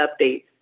updates